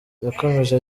yakomeje